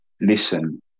listen